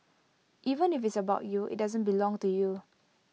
even if IT is about you IT doesn't belong to you